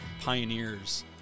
pioneers